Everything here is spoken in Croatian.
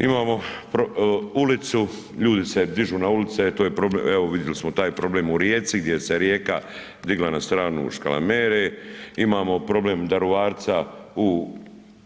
Imamo ulicu, ljudi se dižu na ulice, to je problem, evo vidjeli smo taj problem u Rijeci, gdje se Rijeka digla na stranu …/nerazumljivo/…, imamo problem Daruvarca u